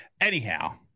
Anyhow